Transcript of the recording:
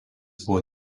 buvo